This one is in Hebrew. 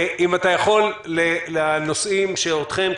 אני מבקש שתתייחס לנושאים שאותכם,